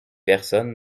personne